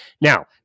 Now